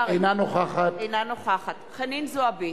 אינה נוכחת חנין זועבי,